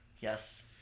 Yes